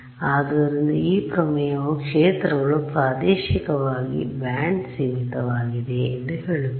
ಆದ್ದರಿಂದ ಈ ಪ್ರಮೇಯವು ಕ್ಷೇತ್ರಗಳು ಪ್ರಾದೇಶಿಕವಾಗಿ ಬ್ಯಾಂಡ್ ಸೀಮಿತವಾಗಿದೆ ಎಂದು ಹೇಳುತ್ತಿದೆ